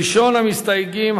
ראשון המסתייגים,